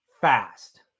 fast